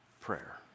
prayer